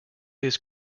his